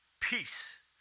Peace